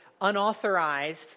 unauthorized